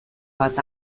bat